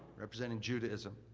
representing judaism,